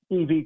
EV